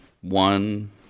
one